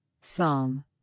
Psalm